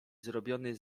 zrobiony